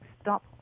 stop